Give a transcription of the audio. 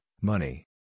money